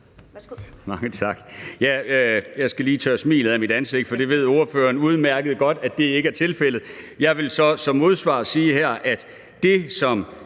Værsgo.